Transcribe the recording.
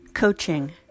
Coaching